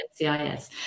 NCIS